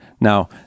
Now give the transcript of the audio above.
Now